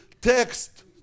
text